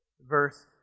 verse